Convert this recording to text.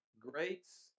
Greats